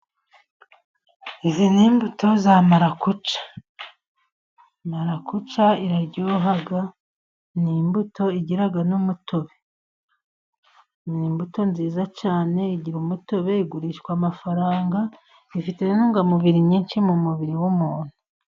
Izi ni imbuto za marakuca, marakuca iraryoha ni imbuto igira n'umutobe. Ni imbuto nziza cyane igira umutobe igurishwa amafaranga, ifite n'intungamubiri nyinshi mu mubiri w'umuntu.